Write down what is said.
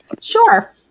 Sure